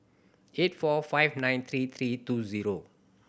eight four five nine three three two zero